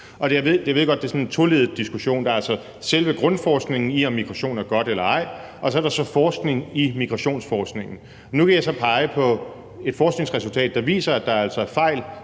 Jeg ved godt, at det er sådan en toleddet diskussion, hvor der er selve grundforskningen i, om migration er godt eller ej, og så er der forskningen i migrationsforskningen. Nu vil jeg så pege på et forskningsresultat, der viser, at der altså er fejl